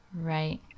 right